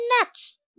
nuts